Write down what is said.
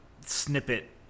snippet